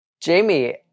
Jamie